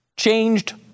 changed